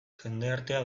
jendartea